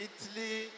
Italy